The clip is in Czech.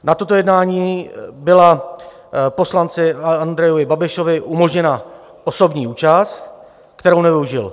Na tomto jednání byla poslanci Andrejovi Babišovi umožněna osobní účast, kterou nevyužil.